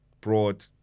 Broad